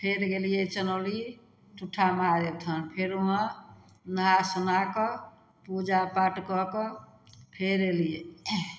फेर गेलियै चनौरी ठूठा महादेव स्थान फेर वहाँ नहा सुना कऽ पूजा पाठ कऽ कऽ फेर अयलियै